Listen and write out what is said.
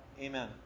Amen